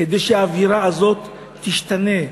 כדי שהאווירה הזאת תשתנה.